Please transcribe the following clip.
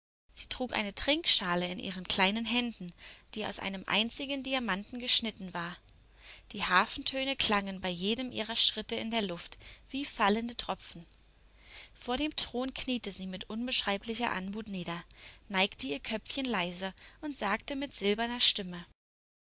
sie trug eine trinkschale in ihren kleinen händen die aus einem einzigen diamanten geschnitten war die harfentöne klangen bei jedem ihrer schritte in der luft wie fallende tropfen vor dem thron kniete sie mit unbeschreiblicher anmut nieder neigte ihr köpfchen leise und sagte mit silberner stimme